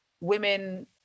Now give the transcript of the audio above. women